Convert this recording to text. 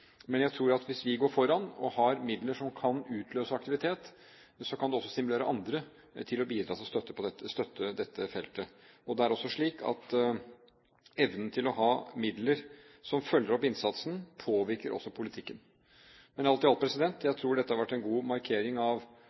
Men jeg tror at hvis vi går foran og har midler som kan utløse aktivitet, kan det også stimulere andre til å bidra til å støtte dette feltet. Og det er slik at evnen til å ha midler som følger opp innsatsen, påvirker også politikken. Alt i alt: Jeg tror dette har vært en god markering av